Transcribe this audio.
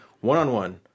one-on-one